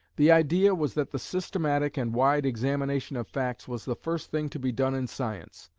the idea was that the systematic and wide examination of facts was the first thing to be done in science,